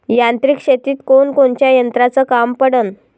यांत्रिक शेतीत कोनकोनच्या यंत्राचं काम पडन?